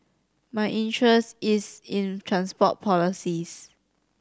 my interest is in transport policies